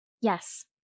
Yes